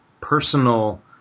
personal